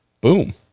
boom